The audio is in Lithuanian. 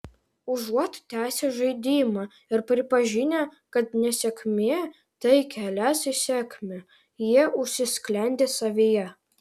užuot tęsę žaidimą ir pripažinę kad nesėkmė tai kelias į sėkmę jie užsisklendė savyje